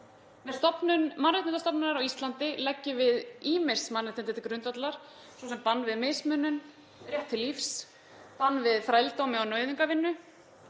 mannréttindastofnunar á Íslandi leggjum við ýmis mannréttindi til grundvallar, svo sem bann við mismunun, rétt til lífs, bann við þrældómi og nauðungarvinnu,